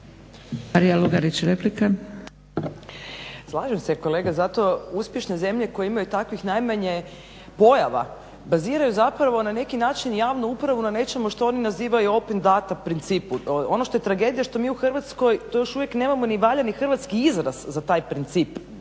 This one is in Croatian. Marija (SDP)** Slažem se kolega, zato uspješne zemlje koje imaju takvih najmanje pojava baziraju zapravo na neki način javnu upravu na nečemu što oni nazivaju open dana principu. Ono što je tragedija što mi u Hrvatskoj to još uvijek nemamo ni valjani hrvatski izraz za taj princip